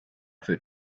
wird